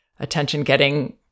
attention-getting